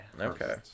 Okay